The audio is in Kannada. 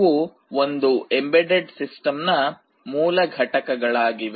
ಇವು ಒಂದು ಎಂಬೆಡೆಡ್ ಸಿಸ್ಟಮ್ನ ಮೂಲ ಘಟಕಗಳಾಗಿವೆ